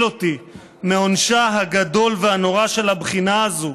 אותי מעונשה הגדול והנורא של הבחינה הזאת,